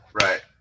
Right